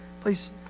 please